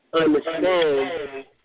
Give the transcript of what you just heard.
Understand